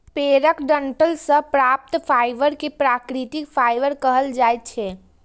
पेड़क डंठल सं प्राप्त फाइबर कें प्राकृतिक फाइबर कहल जाइ छै